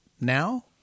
Now